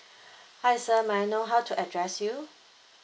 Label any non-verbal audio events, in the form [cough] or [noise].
[breath] hi sir may I know how to address you